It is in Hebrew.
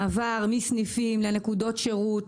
מעבר מסניפים לנקודות שירות,